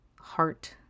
heart